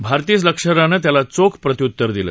भारतीय लष्करानं त्याला चोख प्रत्यूतर दिलं